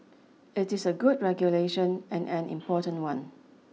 it is a good regulation and an important one